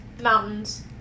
Mountains